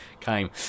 came